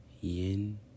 yin